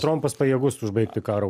trampas pajėgus užbaigti karą